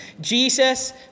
Jesus